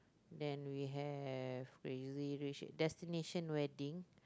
then we have crazy rich destination wedding